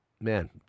Man